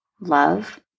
love